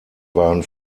waren